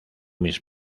mis